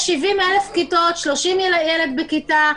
יש 70,000 כיתות, 30 ילד בכיתה.